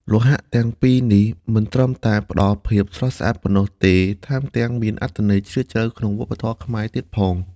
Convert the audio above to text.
លោហៈទាំងពីរនេះមិនត្រឹមតែផ្តល់ភាពស្រស់ស្អាតប៉ុណ្ណោះទេ ថែមទាំងមានអត្ថន័យជ្រាលជ្រៅក្នុងវប្បធម៌ខ្មែរទៀតផង។